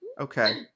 Okay